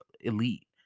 elite